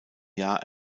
jahr